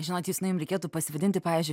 žinot jūs na jum reikėtų pasivadinti pavyzdžiui